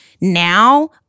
now